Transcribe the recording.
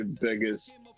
biggest